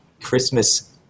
Christmas